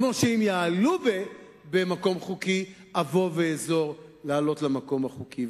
כמו שאם יעלו במקום חוקי אבוא ואעזור לעלות למקום החוקי.